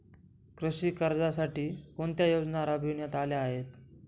कृषी कर्जासाठी कोणत्या योजना राबविण्यात आल्या आहेत?